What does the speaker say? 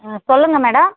ஆ சொல்லுங்கள் மேடம்